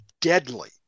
deadly